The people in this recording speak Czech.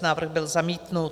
Návrh byl zamítnut.